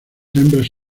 hembras